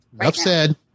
upset